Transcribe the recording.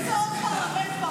עד שלוש דקות לרשותך.